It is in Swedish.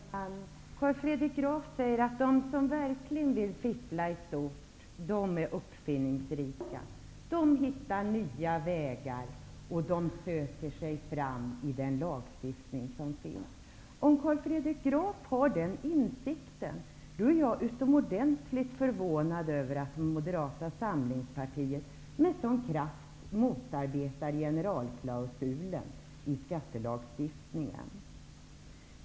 Fru talman! Carl Fredrik Graf säger att de som verkligen vill fiffla i stort är uppfinningsrika. De hittar nya vägar och de söker sig fram i den lagstiftning som finns. Om Carl Fredrik Graf har den insikten är jag utomordentligt förvånad över att Moderata samlingspartiet med sådan kraft motarbetar generalklausulen i skattelagstiftningen.